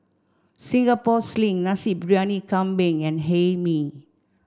Singapore Sling Nasi Briyani Kambing and Hae Mee